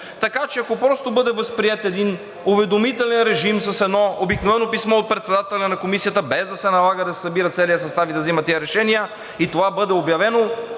Така че, ако просто бъде възприет един уведомителен режим, с едно обикновено писмо от председателя на Комисията, без да се налага да се събира целият състав и да взима тези решения, и това писмо бъде обявено